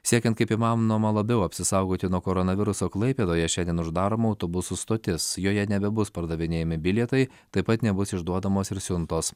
siekiant kaip įmanoma labiau apsisaugoti nuo koronaviruso klaipėdoje šiandien uždaroma autobusų stotis joje nebebus pardavinėjami bilietai taip pat nebus išduodamos ir siuntos